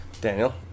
Daniel